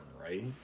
right